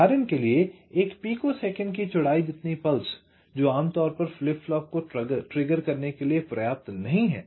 उदाहरण के लिए एक पिकोसेकंड की चौड़ाई जितनी पल्स जो आमतौर पर फ्लिप फ्लॉप को ट्रिगर करने के लिए पर्याप्त नहीं है